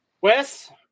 Wes